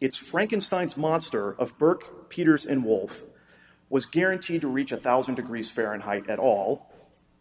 it's frankenstein's monster of burke peters and wolf was guaranteed to reach a one thousand degrees fahrenheit at all